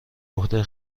عهده